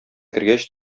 кергәч